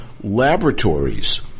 laboratories